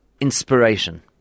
inspiration